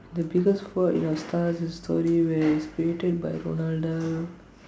the biggest fault in our stars is a story where it's created by